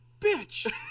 bitch